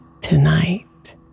tonight